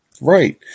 Right